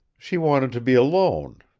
she wanted to be alone,